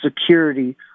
security